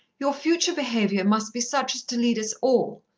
your future behaviour must be such as to lead us all,